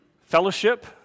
Fellowship